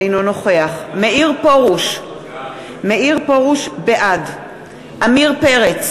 אינו נוכח מאיר פרוש, בעד עמיר פרץ,